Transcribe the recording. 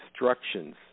instructions